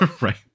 Right